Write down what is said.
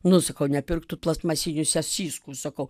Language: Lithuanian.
nu sakau nepirk tų plastmasinių sasyskų sakau